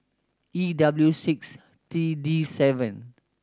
E W six T D seven